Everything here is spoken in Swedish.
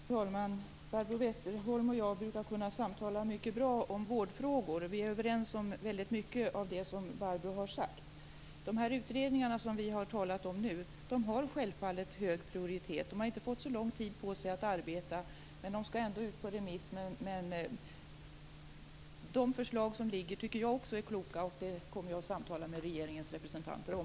Herr talman! Barbro Westerholm och jag brukar kunna samtala mycket bra om vårdfrågor. Vi är överens om väldigt mycket av det som Barbro här har sagt. De utredningar som vi har talat om nu har självfallet hög prioritet. De har inte fått så lång tid på sig att arbeta, men de skall ändå ut på remiss. Jag tycker att de förslag som ligger är kloka, och det kommer jag att samtala med regeringens representanter om.